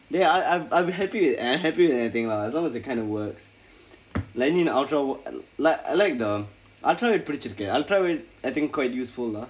dey I I've I've I'll be happy with eh happy with anything lah as long as it kind of works like you need the ultra wi~ like I like the ultra wide பிடிச்சிருக்கு:pidichsirukku ultra wide I think quite useful lah